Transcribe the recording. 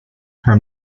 her